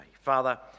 Father